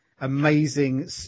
amazing